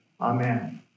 Amen